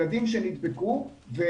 ילדים שנדבקו,